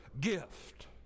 gift